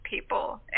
people